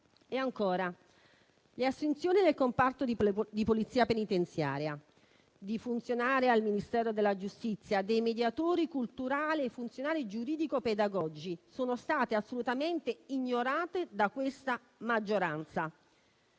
le assunzioni del comparto di polizia penitenziaria, di funzionari al Ministero della giustizia, dei mediatori culturali e funzionari giuridico-pedagogici sono state assolutamente ignorate da questa maggioranza.